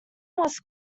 was